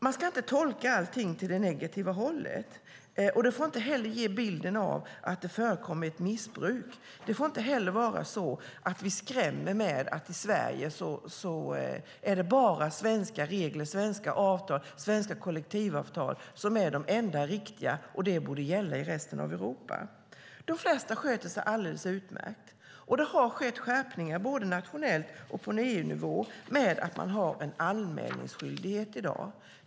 Man ska inte tolka allting åt det negativa hållet. Då får man inte ge bilden att det förekommit missbruk. Det får inte heller vara så att vi skrämmer med att det är svenska regler, avtal och kollektivavtal som är de enda riktiga i Sverige och att de även borde gälla i resten av Europa. De flesta sköter sig alldeles utmärkt. Det har skett skärpningar, både nationellt och på EU-nivå. Man har en anmälningsskyldighet i dag.